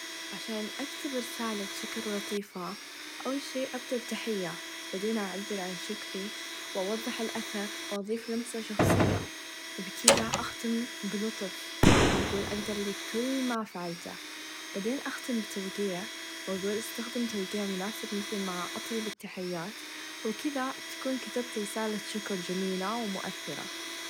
عشان أكتب رساله شكر لطيفه أول شئ أكتب تحيه بعدين أعبر عن شكري و أوظح الأثر وأظيف لمسه شخصيه وبكذه أختم بلطف وأقول أقدرلك كووول ما فعلته وبعدين أختم بتوقيع و أقول أستخدم توقيع مناسب مثل مع أطب التحيات و كذا تكون كتبت رساله شكر چميله و مأثره.